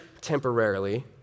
temporarily